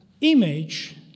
image